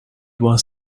was